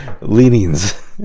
leanings